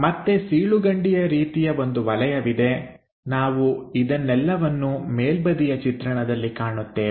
ಮತ್ತೆ ಸೀಳುಕಂಡಿಯ ರೀತಿಯ ಬಂದು ವಲಯವಿದೆ ನಾವು ಇದನ್ನೆಲ್ಲವನ್ನು ಮೇಲ್ಬದಿಯ ಚಿತ್ರಣದಲ್ಲಿ ಕಾಣುತ್ತೇವೆ